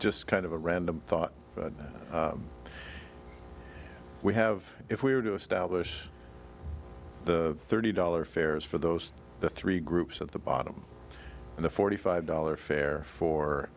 just kind of a random thought that we have if we were to establish the thirty dollar fares for those three groups at the bottom the forty five dollars fare for